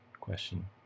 question